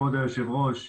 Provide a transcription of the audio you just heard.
כבוד היושבת ראש,